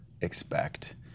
expect